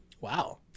wow